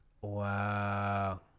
Wow